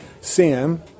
Sam